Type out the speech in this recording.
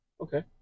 Okay